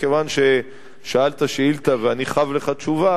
כיוון ששאלת שאילתא ואני חב לך תשובה,